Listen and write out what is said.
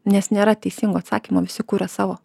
nes nėra teisingo atsakymo visi kuria savo